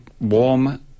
warm